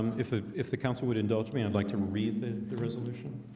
um if the if the council would indulge me. i'd like to read the the resolution